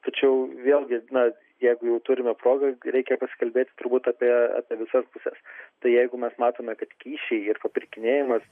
tačiau vėlgi na jeigu jau turime progą reikia pasikalbėti turbūt apie apie visas puses tai jeigu mes matome kad kyšiai ir papirkinėjimas